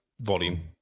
volume